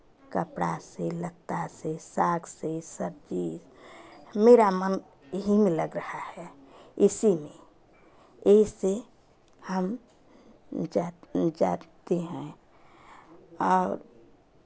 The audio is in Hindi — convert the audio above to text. कपड़ा से लत्ता से साग से सब्ज़ी मेरा मन यही में लग रहा है इसी में इ से हम जा जा जाते हैं और